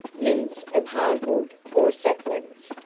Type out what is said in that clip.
limbs of hard wood or saplings.